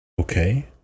Okay